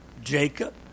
Jacob